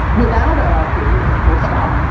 without a period or a full stop,